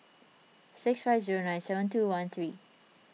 six five zero nine seven two one three